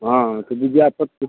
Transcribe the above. हाँ हाँ तो को